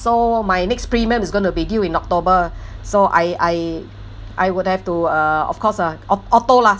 so my next premium is going to be due in october so I I I would have to uh of course ah au~ auto lah